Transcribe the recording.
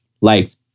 life